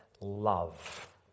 love